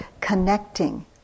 connecting